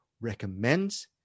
recommends